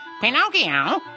Pinocchio